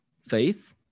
faith